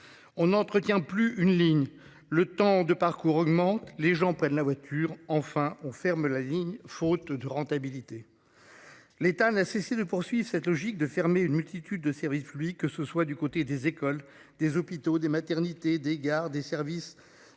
On n'entretient plus une ligne le temps de parcours augmente les gens prennent la voiture enfin on ferme la vie faute de rentabilité. L'État n'a cessé de poursuivre cette logique de fermer une multitude de services, lui, que ce soit du côté des écoles, des hôpitaux, des maternités, des gares, des services